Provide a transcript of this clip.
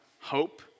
hope